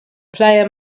player